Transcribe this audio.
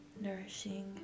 nourishing